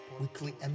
Weekly